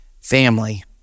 family